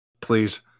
Please